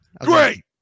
Great